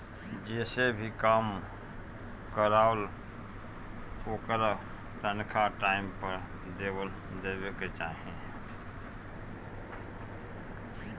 जेसे भी काम करवावअ ओकर तनखा टाइम पअ दे देवे के चाही